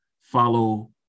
follow